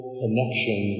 connection